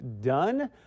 done